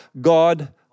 God